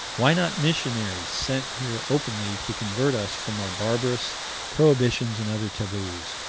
why not missionaries sent here openly to convert us from our barbarous prohibitions and other taboos,